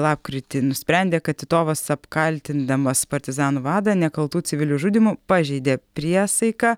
lapkritį nusprendė kad titovas apkaltindamas partizanų vadą nekaltų civilių žudymu pažeidė priesaiką